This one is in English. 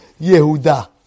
Yehuda